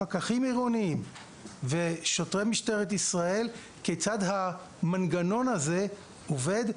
פקחים עירוניים ושוטרי משטרת ישראל כיצד המנגנון הזה עובד.